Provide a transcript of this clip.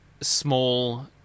small